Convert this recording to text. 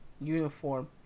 uniform